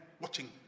watching